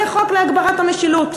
זה חוק להגברת המשילות.